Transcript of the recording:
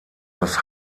das